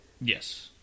yes